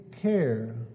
care